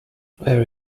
very